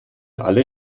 alle